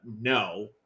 no